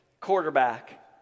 quarterback